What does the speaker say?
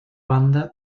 banda